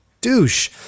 douche